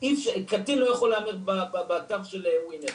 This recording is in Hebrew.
קטין לא יכול לעמוד בתו של ווינר.